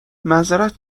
معذرت